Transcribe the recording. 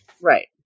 right